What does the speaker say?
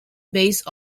base